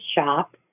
shop